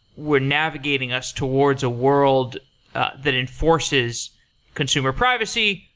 were navigating us towards a world that enforces consumer privacy,